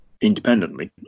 independently